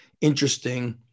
Interesting